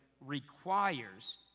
requires